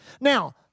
Now